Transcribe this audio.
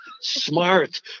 smart